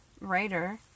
Writer